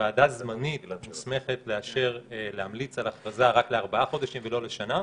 ועדה זמנית מוסמכת לאשר להמליץ על הכרזה רק לארבעה חודשים ולא לשנה,